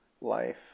life